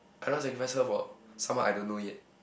I don't want sacrifice her for someone I don't know yet